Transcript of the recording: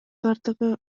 бардыгы